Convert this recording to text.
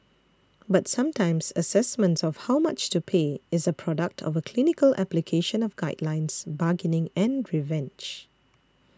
but sometimes assessments of how much to pay is a product of a clinical application of guidelines bargaining and revenge